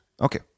okay